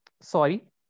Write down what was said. Sorry